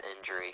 injury